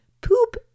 poop